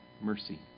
mercy